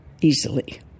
easily